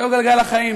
זה גלגל החיים,